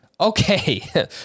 okay